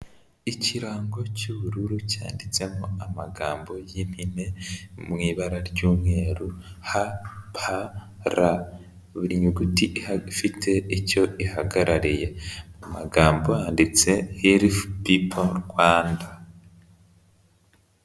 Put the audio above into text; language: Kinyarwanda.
Ikirango cy'ubururu cyanditsemo amagambo y'impine mu ibara ry'umwe, H, P, R buri nyuguti ifite icyo ihagarariye, mu magambo haditse Health People Rwanda.